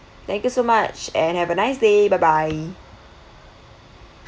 thank you so much and have a nice day bye bye